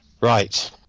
Right